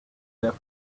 there